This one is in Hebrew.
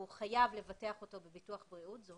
הוא חייב לבטח אותו בביטוח בריאות זו